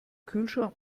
kühlschrank